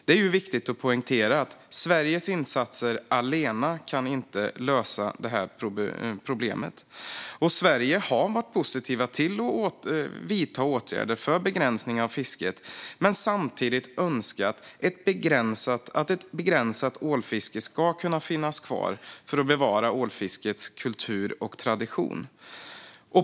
Det är viktigt att poängtera att Sveriges insatser ensamma inte kan lösa det här problemet. Sverige har varit positivt till att vidta åtgärder för begränsning av fisket, men vi har samtidigt önskat att ett begränsat ålfiske ska finnas kvar för att bevara ålfiskets kultur och tradition.